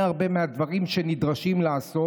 וזה יפריע לחיים השוטפים שלך,